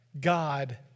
God